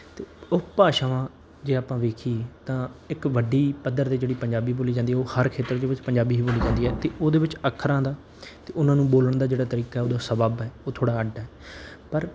ਅਤੇ ਉਹ ਭਾਸ਼ਾਵਾਂ ਜੇ ਆਪਾਂ ਵੇਖੀਏ ਤਾਂ ਇੱਕ ਵੱਡੀ ਪੱਧਰ 'ਤੇ ਜਿਹੜੀ ਪੰਜਾਬੀ ਬੋਲੀ ਜਾਂਦੀ ਏ ਉਹ ਹਰ ਖੇਤਰ ਦੇ ਵਿੱਚ ਪੰਜਾਬੀ ਹੀ ਬੋਲੀ ਜਾਂਦੀ ਏ ਅਤੇ ਉਹਦੇ ਵਿੱਚ ਅੱਖਰਾਂ ਦਾ ਅਤੇ ਉਹਨਾਂ ਨੂੰ ਬੋਲਣ ਦਾ ਜਿਹੜਾ ਤਰੀਕਾ ਉਹਦਾ ਸਬੱਬ ਏ ਉਹ ਥੋੜ੍ਹਾ ਅੱਡ ਏ ਪਰ